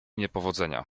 niepowodzenia